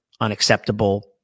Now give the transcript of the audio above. unacceptable